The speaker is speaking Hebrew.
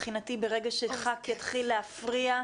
מבחינתי ברגע שח"כ יתחיל להפריע,